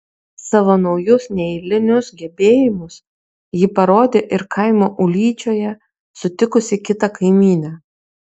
savo naujus neeilinius gebėjimus ji parodė ir kaimo ūlyčioje sutikusi kitą kaimynę